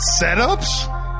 setups